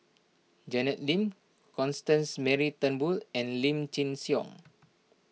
Janet Lim Constance Mary Turnbull and Lim Chin Siong